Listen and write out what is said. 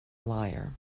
liar